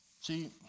See